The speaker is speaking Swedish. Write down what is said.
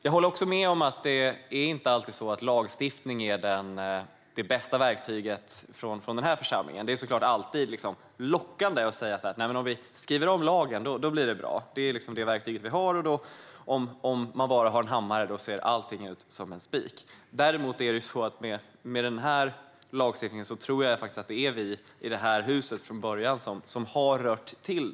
Jag håller med om att lagstiftning inte alltid är det bästa verktyget. Det är såklart lockande att säga att om lagen skrivs om blir allt bra. Det är det verktyg vi har, och har vi bara en hammare så ser allt ut som en spik. Men när det gäller denna lagstiftning tror jag att det faktiskt är vi i detta hus som från början har rört till.